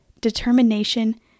determination